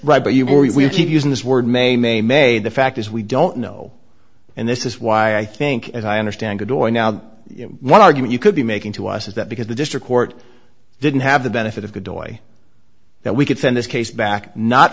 right but you we keep using this word may may may the fact is we don't know and this is why i think as i understand the door now one argument you could be making to us is that because the district court didn't have the benefit of good boy that we could send this case back not